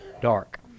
dark